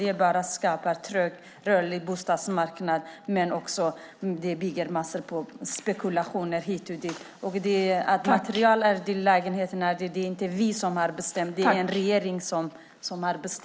Det skapar bara en trögrörlig bostadsmarknad och medför en massa spekulationer hit och dit.